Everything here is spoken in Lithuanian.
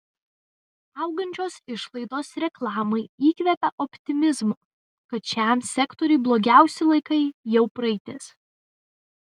augančios išlaidos reklamai įkvepia optimizmo kad šiam sektoriui blogiausi laikai jau praeitis